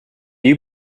you